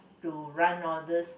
to run all these